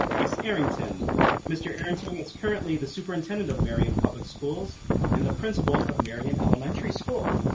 chris arrington mr parenting is currently the superintendent of marion public schools and the principle of marion elementary school.